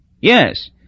Yes